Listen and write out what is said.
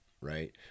right